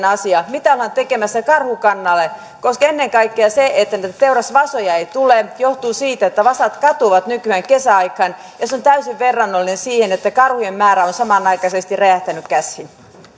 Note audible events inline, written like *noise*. *unintelligible* asia mitä ollaan tekemässä karhukannalle ennen kaikkea se että niitä teurasvasoja ei tule johtuu siitä että vasat katoavat nykyään kesäaikaan ja se on täysin verrannollinen siihen että karhujen määrä on samanaikaisesti räjähtänyt käsiin